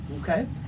okay